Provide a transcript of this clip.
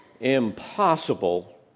impossible